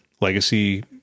legacy